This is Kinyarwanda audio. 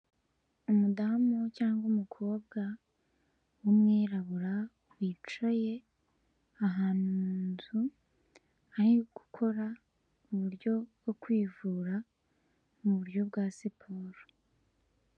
Umudamu cyangwa umukobwa w'umwirabura wicaye ahantu mu nzu, ari gukora uburyo bwo kwivura mu buryo bwa siporo.